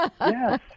Yes